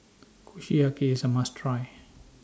Kushiyaki IS A must Try